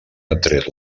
atret